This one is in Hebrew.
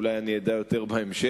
אולי אני אדע יותר בהמשך,